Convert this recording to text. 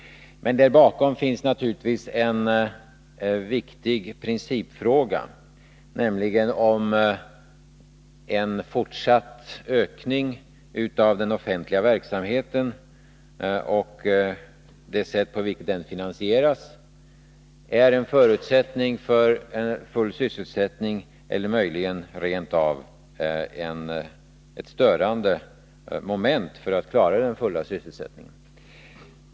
Men där bakom ifnns naturligtvis en viktig principfråga, nämligen om en fortsatt ökning av den öffentliga verksamheten och det sätt på vilket den finansieras är en förutsättning för full sysselsättning eller möjligen rent av ett störande moment för att klara den fulla sysselsättningen.